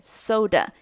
,soda